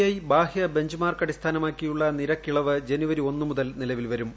I ബാഹ്യ benchmark അടിസ്ഥാനമാക്കിയുള്ള നിരക്കിളവ് ജനുവരി ഒന്നു മുതൽ നിലവിൽ വരും